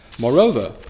Moreover